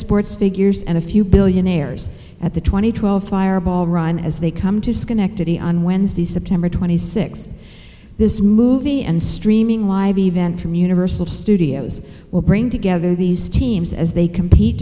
sports figures and a few billionaires at the two thousand and twelve fireball run as they come to schenectady on wednesday september twenty sixth this movie and streaming live events from universal studios will bring together these teams as they compete